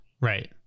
right